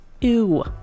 ew